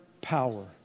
power